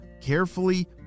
carefully